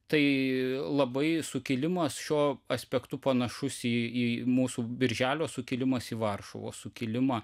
tai labai sukilimas šiuo aspektu panašus į į mūsų birželio sukilimas į varšuvos sukilimą